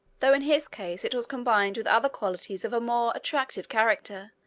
though in his case it was combined with other qualities of a more attractive character,